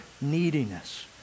neediness